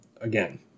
again